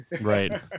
Right